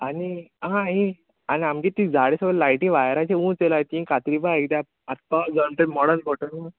आनी आहा ए आन आमगे तीं झाडां सोग्ल लायटी वायराचे ऊंच येलाय तीं कातरिपा आय किद्या आत पावस जावन तें मोडोन पोट्टल न्हू